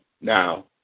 Now